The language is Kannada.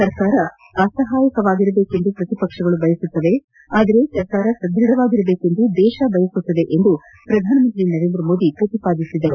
ಸರ್ಕಾರ ಅಸಹಾಯಕವಾಗಿರಬೇಕೆಂದು ಪ್ರತಿಪಕ್ಷಗಳು ಬಯಸಿದರೆ ಸರ್ಕಾರ ಸದೃಢವಾಗಿರಬೇಕೆಂದು ದೇಶ ಬಯಸುತ್ತದೆ ಎಂದು ನರೇಂದ್ರ ಮೋದಿ ಪ್ರತಿಪಾದಿಸಿದರು